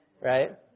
right